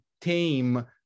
tame